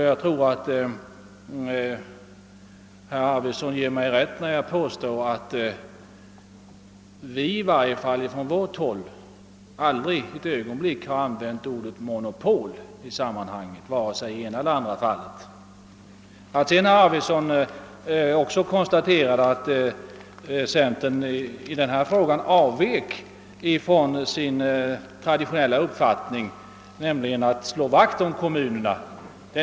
Jag tror att herr Arvidson ger mig rätt när jag påstår att vi från vårt håll i varje fall aldrig använt ordet monopol i sammanhanget, vare sig i det ena eller andra fallet. Herr Arvidson konstaterade att centern i denna fråga avvek från sin traditionella linje, nämligen att slå vakt om kommunerna.